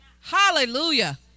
Hallelujah